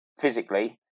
physically